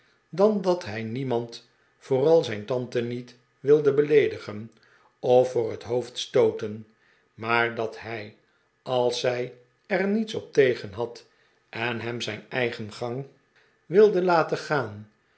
dan dat hij niemand vooral zijn tante niet wilde beleedigen of voor het hoof d stooten maar dat hij als zij er niets op tegen had en hem zijn eigen gang wilde laten gaan